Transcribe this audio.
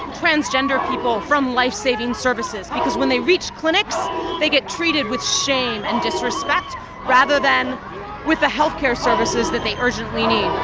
transgender people from life saving services, because when they reach clinics they get treated with shame and disrespect rather than with the healthcare services that they urgently need.